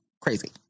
crazy